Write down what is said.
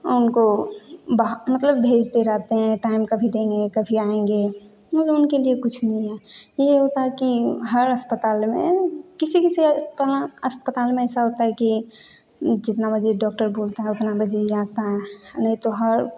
उनको मतलब भेजते रहते हैं टाइम कभी देंगे कभी आएँगे मतलब उनके लिए कुछ नहीं है ये होता है कि हर अस्पताल में किसी किसी अस्पताल में ऐसा होता है कि जितना बजे डॉक्टर बोलता है उतना बजे ही आता है नहीं तो हर